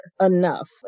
enough